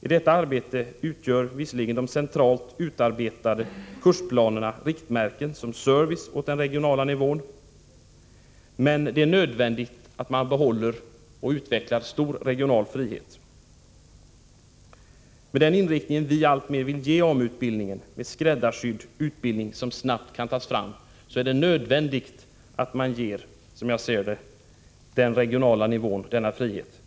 I detta arbete utgör de centralt utarbetade kursplanerna riktmärken som service åt den regionala nivån. Men det är nödvändigt att man behåller och utvecklar stor regional frihet. Med den inriktning vi alltmer vill ge AMU-utbildningen med skräddarsydd utbildning som snabbt kan tas fram, är det nödvändigt att ge den regionala nivån denna frihet.